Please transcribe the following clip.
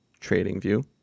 TradingView